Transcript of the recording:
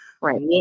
Right